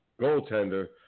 goaltender